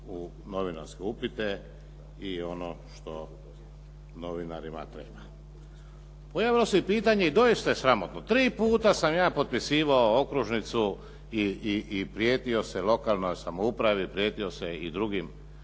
u novinarske upite i ono što novinarima treba. Pojavilo se pitanje i doista je sramotno, tri puta sam ja potpisivao okružnicu i prijetio se lokalnoj samoupravi, prijetio se i drugim